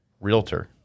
realtor